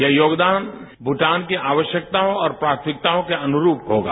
यह योगदान भूटान की आवश्यकताओं और प्राथमिकताओं के अनुरूप होगा